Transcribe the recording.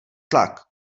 tlak